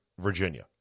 Virginia